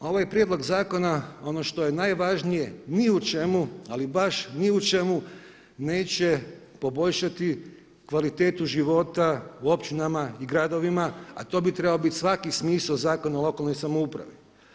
Ovaj prijedlog zakona, ono što je najvažnije, ni u čemu, ali baš ni u čemu neće poboljšati kvalitetu u općinama i gradovima, a to bi trebao biti svaki smisao Zakona o lokalnoj samoupravi.